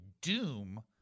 doom